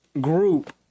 group